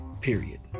period